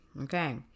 okay